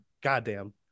goddamn